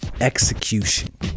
execution